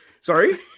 sorry